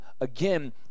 again